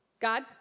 God